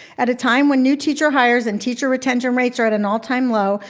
at a time when new teacher hires and teacher retention rates are at an all time low,